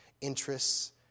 interests